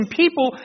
people